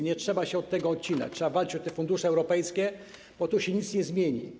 Nie trzeba się od tego odcinać, trzeba walczyć o fundusze europejskie, bo tu się nic nie zmieni.